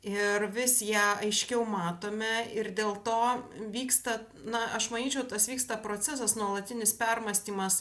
ir vis ją aiškiau matome ir dėl to vyksta na aš manyčiau tas vyksta procesas nuolatinis permąstymas